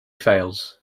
fails